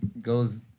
goes –